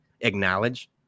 acknowledge